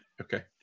okay